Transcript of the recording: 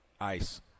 Ice